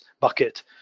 bucket